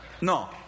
No